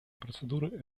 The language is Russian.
процедуры